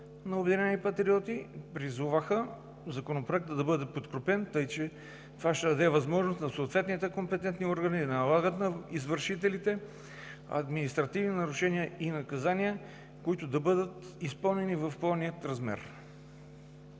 на „Обединени патриоти“ призоваха Законопроектът да бъде подкрепен, тъй като така ще се даде възможност на съответните компетентни органи да налагат на извършителите на административни нарушения наказания, които да бъдат изпълнени в пълния им размер.